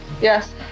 Yes